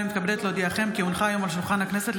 אני קובעת כי הצעת חוק יום לציון מכתב